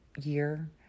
year